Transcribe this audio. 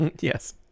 Yes